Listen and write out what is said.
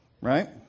Right